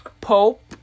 Pope